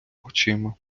очима